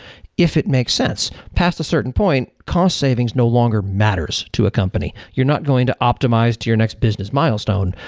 if it makes sense, past a certain point, cost savings no longer matters to a company. you're not going to optimize to your next business milestone.